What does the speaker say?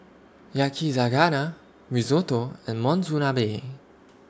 Yakizakana Risotto and Monsunabe